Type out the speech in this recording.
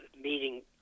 meeting